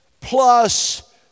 plus